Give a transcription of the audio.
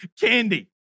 candy